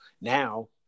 now